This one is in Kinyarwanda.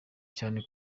cyane